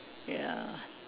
ya